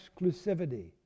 exclusivity